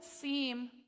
seem